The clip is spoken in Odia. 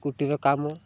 କୁଟୀର କାମ